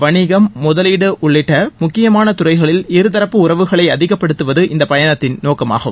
வணிகம் முதலீடு உள்ளிட்ட முக்கியமாள தறைகளில் இருதரப்பு உறவுகளை அதிகப்படுத்துவது இந்தப் பயணத்தின் நோக்கமாகும்